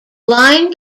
line